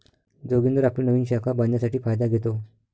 जोगिंदर आपली नवीन शाखा बांधण्यासाठी फायदा घेतो